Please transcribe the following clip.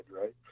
right